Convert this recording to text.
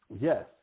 Yes